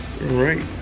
right